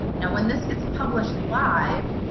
now when this gets published live,